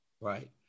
right